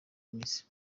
mizi